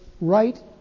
right